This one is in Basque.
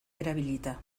erabilita